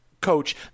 coach